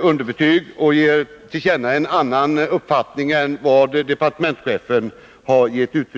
underbetyg och redovisar en annan uppfattning än den departementschefen har.